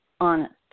honest